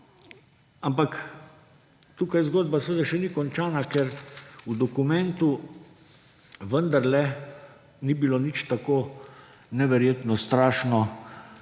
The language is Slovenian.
Ampak, tukaj zgodba seveda še ni končana, ker v dokumentu vendarle ni bilo nič tako neverjetno strašno